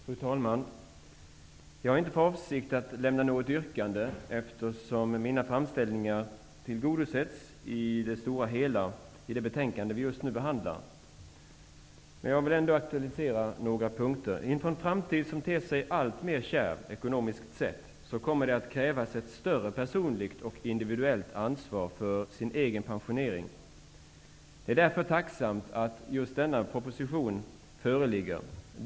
Fru talman! Jag har inte för avsikt att lämna något yrkande, eftersom mina framställningar tillgodosetts till det stora hela i det betänkande vi just nu behandlar. Men jag vill ändå aktualisera några punkter. Inför en framtid som ter sig alltmer kärv, ekonomiskt sett, kommer det att krävas ett större personligt och individuellt ansvar för den egna pensioneringen. Det är därför tacksamt att just denna proposition föreligger.